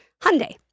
Hyundai